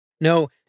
No